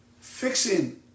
Fixing